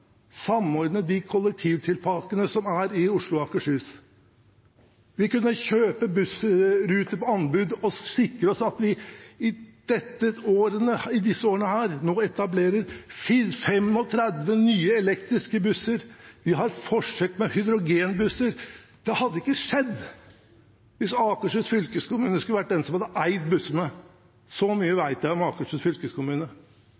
samordne kollektivpakkene i Oslo og Akershus. Vi kunne kjøpe bussruter på anbud og sikre oss at vi nå i disse årene etablerer 35 nye elektriske busser. Vi har forsøk med hydrogenbusser. Det hadde ikke skjedd hvis Akershus fylkeskommune hadde eid bussene – så mye